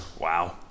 Wow